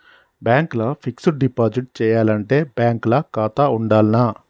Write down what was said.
Bank ల fixed deposit చేయాలంటే bank ల ఖాతా ఉండాల్నా?